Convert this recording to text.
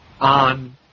on